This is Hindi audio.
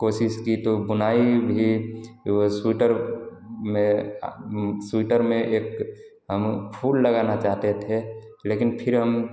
कोशिश की तो बुनाई भी जो स्वीटर में स्वीटर में एक हम फूल लगाना चाहते थे लेकिन फिर हम